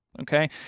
okay